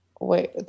Wait